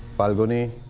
falguni,